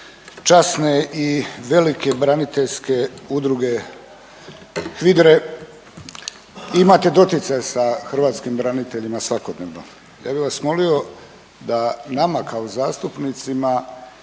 časne i velike braniteljske udruge HVIDRA-e imate doticaj sa hrvatskim braniteljima svakodnevno. Ja bih vas molio da nama kao zastupnicima